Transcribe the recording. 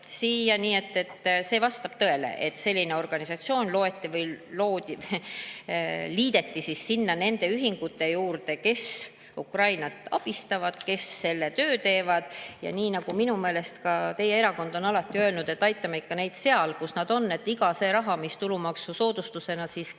saali. Nii et see vastab tõele, et selline organisatsioon loodi, liideti sinna nende ühingute juurde, kes Ukrainat abistavad, kes selle töö ära teevad. Nii nagu minu meelest ka teie erakond on alati öelnud, aitame ikka neid seal, kus nad on. See raha, mis tulumaksusoodustusena siiski tuleb,